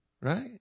Right